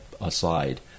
aside